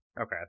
Okay